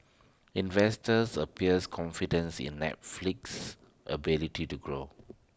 investors appears confidence in Netflix's ability to grow